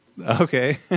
Okay